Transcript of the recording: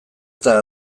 eta